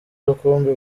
rukumbi